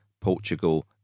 Portugal